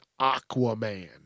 Aquaman